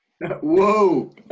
Whoa